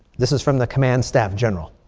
this is from the command staff general